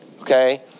okay